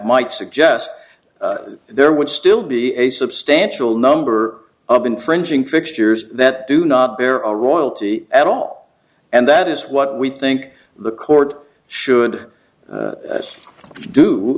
might suggest there would still be a substantial number of infringing fixtures that do not bear a royalty at all and that is what we think the court should